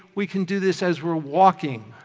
we can do this as we're walking.